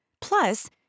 Plus